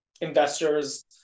investors